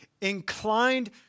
inclined